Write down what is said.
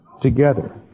together